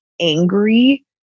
angry